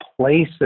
places